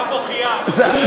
איתן, זו ערבה בוכייה במקרה הזה.